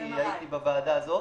כי הייתי בוועדה הזאת.